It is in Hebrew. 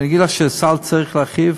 שאגיד לך שאת הסל צריך להרחיב?